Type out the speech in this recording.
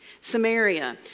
Samaria